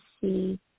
see